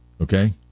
Okay